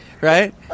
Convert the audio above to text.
right